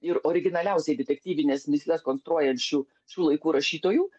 ir originaliausiai detektyvines mįsles konstruojančių šių laikų rašytojų